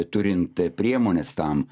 turint priemones tam